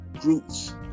groups